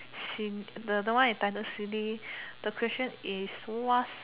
seen the the one in thunder city the question is what's seen